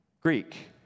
Greek